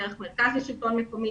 דרך מרכז השלטון המקומי,